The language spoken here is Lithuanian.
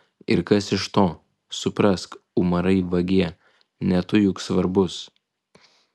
ir kas iš to suprask umarai vagie ne tu juk svarbus